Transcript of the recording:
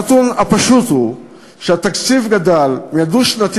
הנתון הפשוט הוא שהתקציב גדל מהדו-שנתי